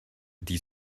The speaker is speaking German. die